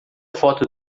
foto